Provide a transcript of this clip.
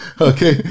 Okay